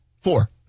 Four